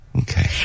Okay